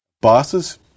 bosses